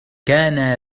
كان